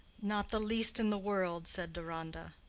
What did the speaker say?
not the least in the world, said deronda.